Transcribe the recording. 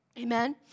Amen